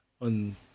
on